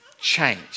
change